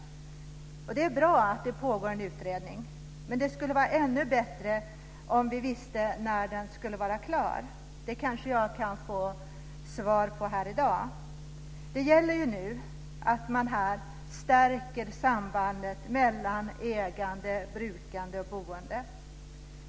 Det är bra att det pågår en utredning. Men det skulle vara ännu bättre om vi visste när den skulle vara klar. Det kanske jag kan få svar på här i dag. Det gäller nu att stärka sambandet mellan ägande, brukande och boende.